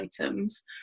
items